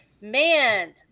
man